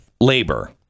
labor